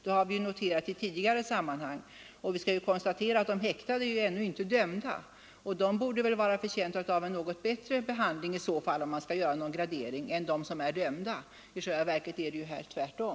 Det har vi också noterat i tidigare sammanhang. De häktade är ju ännu inte dömda. De borde väl — om man skall göra någon gradering — vara förtjänta av en något bättre behandling än de som är dömda. I själva verket är det här tvärtom.